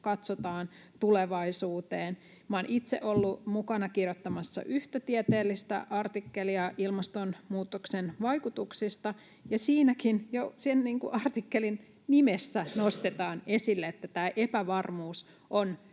katsotaan tulevaisuuteen. Minä olen itse ollut mukana kirjoittamassa yhtä tieteellistä artikkelia ilmastonmuutoksen vaikutuksista, ja siinäkin — jo sen artikkelin nimessä — nostetaan esille, että tämä epävarmuus on